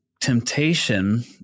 temptation